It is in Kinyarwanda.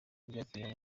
byatumye